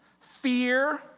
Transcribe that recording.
Fear